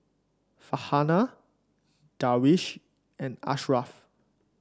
Farhanah Darwish and Ashraf